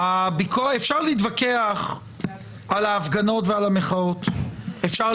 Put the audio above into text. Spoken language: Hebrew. אפשר להתווכח על ההפגנות ועל המחאות, אפשר